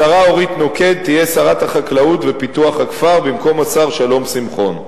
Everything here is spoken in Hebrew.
השרה אורית נוקד תהיה שרת החקלאות ופיתוח הכפר במקום השר שלום שמחון.